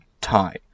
Thai